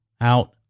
out